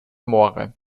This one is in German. moore